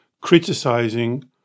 criticizing